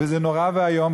וזה נורא ואיום,